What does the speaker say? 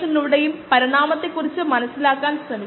303 ആയി കണ്ടെത്താനാകും ഇത് 2